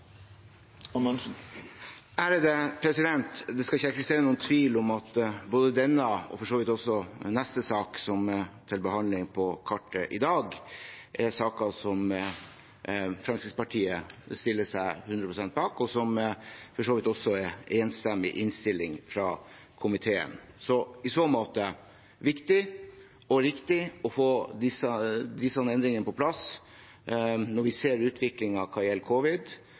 Det skal ikke eksistere noen tvil om at både denne og den neste saken som er til behandling på kartet i dag, er saker som Fremskrittspartiet stiller seg hundre prosent bak, og der det for så vidt også er en enstemmig innstilling fra komiteen. Det er i så måte viktig og riktig å få disse endringene på plass, når vi ser utviklingen hva gjelder